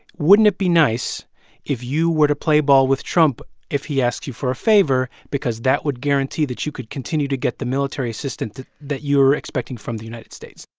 wouldn't it be nice if you were to play ball with trump if he asked you for a favor because that would guarantee that you could continue to get the military assistance that that you're expecting from the united states?